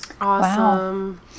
Awesome